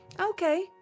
Okay